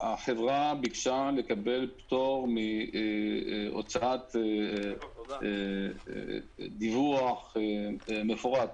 שהחברה ביקשה לקבל פטור מהוצאת דוח מפורט.